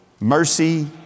mercy